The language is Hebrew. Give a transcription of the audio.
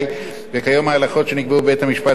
וכיום ההלכות שנקבעו בבית-המשפט העליון בדבר